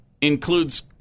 includes